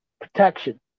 protection